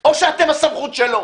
או שאתם הסמכות שלו.